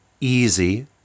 easy